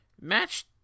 match